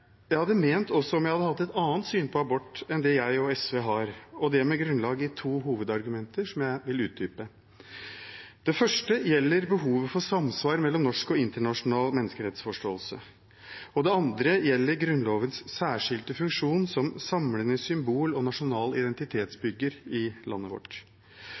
jeg hadde ment også om jeg hadde hatt et annet syn på abort enn det jeg og SV har, og det med grunnlag i to hovedargumenter som jeg vil utdype. Det første gjelder behovet for samsvar mellom norsk og internasjonal menneskerettsforståelse. Det andre gjelder Grunnlovens særskilte funksjon som samlende symbol og nasjonal identitetsbygger i landet vårt.